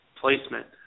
placement